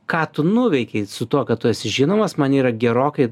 ką tu nuveikei su tuo kad tu esi žinomas man yra gerokai